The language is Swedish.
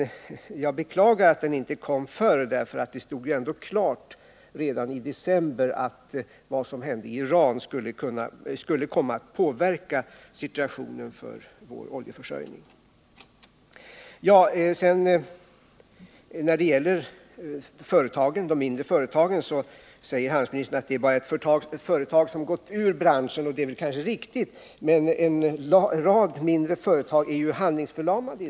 Jag beklagar att delegationen inte tillsattes tidigare, eftersom det stod klart redan i december att det som hände i Iran skulle komma att påverka situationen för vår oljeförsörjning. När det gäller de mindre företagen säger handelsministern att det är bara ett företag som gått ur branschen. Det är kanske riktigt, men en rad mindre företag är i dag handlingsförlamade.